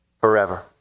forever